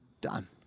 done